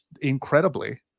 incredibly